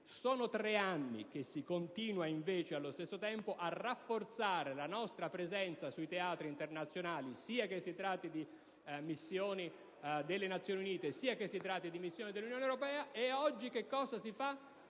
sono tre anni che si continua, allo stesso tempo, a rafforzare la nostra presenza sui teatri internazionali, sia che si tratti di missioni delle Nazioni Unite, sia che si tratti di missioni dell'Unione europea. Oggi che cosa si fa?